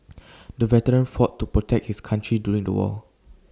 the veteran fought to protect his country during the war